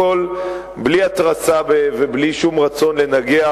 הכול בלי התרסה ובלי שום רצון לנגח,